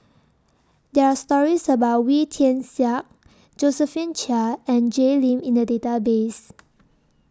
There Are stories about Wee Tian Siak Josephine Chia and Jay Lim in The Database